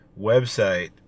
website